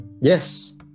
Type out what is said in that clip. yes